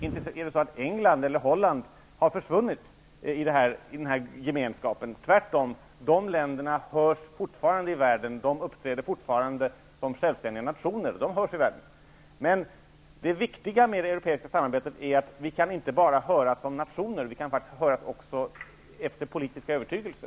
Inte har England eller Holland försvunnit i den här gemenskapen. Tvärtom! De här ländernas stämma hörs fortfarande ute i världen. De uppträder fortfarande som självständiga nationer, vars stämma, som sagt, hörs ute i världen. Det viktiga med det europeiska samarbetet är att vi hörs inte bara som nation utan också utifrån politisk övertygelse.